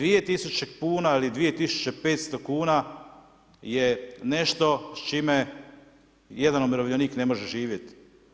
2.000 kuna ili 2.500 kuna je nešto s čime jedan umirovljenik ne može živjeti.